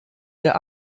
der